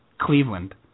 Cleveland